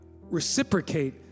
reciprocate